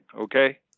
Okay